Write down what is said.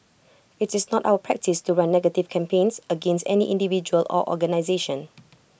IT is not our practice to run negative campaigns against any individual or organisation